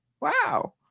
Wow